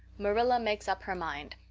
marilla makes up her mind